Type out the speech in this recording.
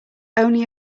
only